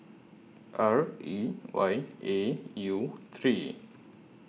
R E Y A U three